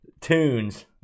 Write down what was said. tunes